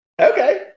okay